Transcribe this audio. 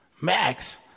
max